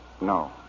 No